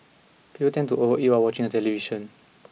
people tend to overeat while watching the television